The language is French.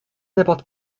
n’importe